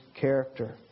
character